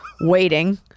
waiting